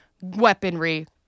weaponry